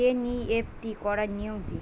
NEFT করার নিয়ম কী?